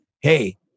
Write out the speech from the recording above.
hey